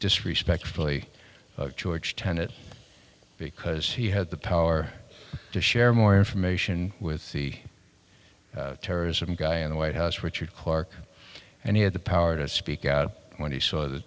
disrespectfully george tenet because he had the power to share more information with the terrorism guy in the white house richard clarke and he had the power to speak out when he saw the